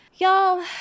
Y'all